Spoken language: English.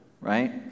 right